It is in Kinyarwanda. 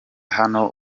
hano